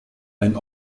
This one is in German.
ein